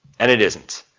and it isn't.